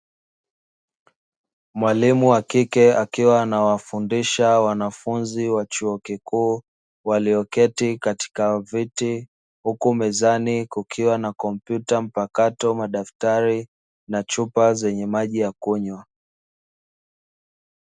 Mwalimu wa kike akiwa anawafundisha wanafunzi wa chuo kikuu walioketi katika viti, huku mezani kukiwa na kompyuta mpakato, madaftari na chupa zenye maji ya kunywa.